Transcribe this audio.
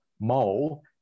mole